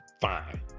fine